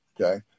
okay